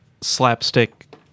slapstick